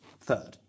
third